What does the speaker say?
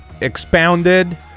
expounded